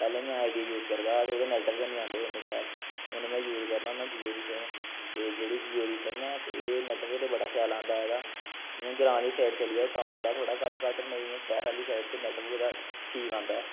पैह्लैं में Idea use करदा हा ते ओह्दे नैटबर्क नी आंदे हे शैल हून में यूस करना होना जियो दी सिम ते जेह्ड़ी जियो दी सिम ऐ नैटबर्क ते बड़ा शैल आंदा ऐ एह्दा इयां ग्रांऽ आह्ली साईड़ चली जाओ तां आंदा थोह्ड़ा घट्ट घट्ट नेंई इयां शैह्र आह्ली साईड़ ते नैटबर्क एह्दा ठीक आंदा ऐ